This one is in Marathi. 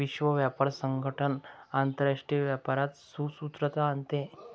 विश्व व्यापार संगठन आंतरराष्ट्रीय व्यापारात सुसूत्रता आणते